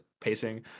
pacing